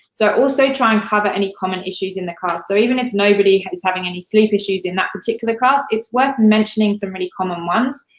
so, also, try and cover any common issues in the class, so even if nobody is having any sleep issues in that particular class, it's worth mentioning some really common ones,